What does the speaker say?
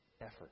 effort